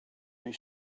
his